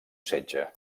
setge